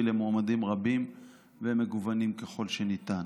למועמדים רבים ומגוונים ככל שניתן.